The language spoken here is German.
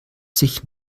sich